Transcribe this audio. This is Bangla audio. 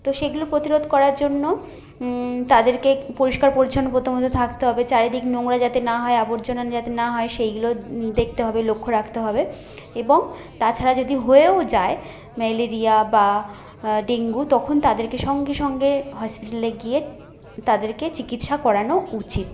তো সেগুলো প্রতিরোধ করার জন্য তাদেরকে পরিষ্কার পরিছন্ন প্রথমত থাকতে হবে চারিদিক নোংরা যাতে না হয় আবর্জনা যাতে না হয় সেইগুলো দেখতে হবে লক্ষ্য রাখতে হবে এবং তাছাড়া যদি হয়েও যায় ম্যালেরিয়া বা ডেঙ্গু তখন তাদেরকে সঙ্গে সঙ্গে হসপিটালে গিয়ে তাদেরকে চিকিৎসা করানো উচিৎ